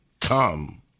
come